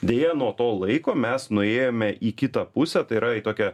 deja nuo to laiko mes nuėjome į kitą pusę tai yra į tokią